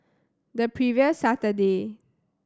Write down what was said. the previous Saturday